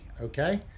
Okay